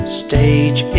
stage